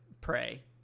pray